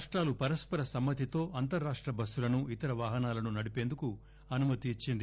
రాష్టాలు పరస్పర సమ్మతితో అంతర్రాష్ట బస్పులను ఇతర వాహనాలను నడిపేందుకు అనుమతి ఇచ్చింది